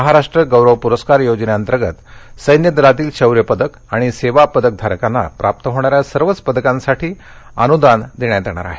महाराष्ट्र गौरव प्रस्कार योजनेंतर्गत सैन्य दलातील शौर्यपदक आणि सेवापदकधारकांना प्राप्त होणाऱ्या सर्वच पदकांसाठी अनुदान देण्यात येणार आहे